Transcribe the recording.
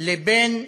לבין הרשויות,